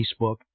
Facebook